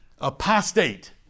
apostate